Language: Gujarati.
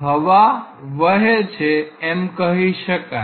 હવા વહે છે એમ કહી શકાય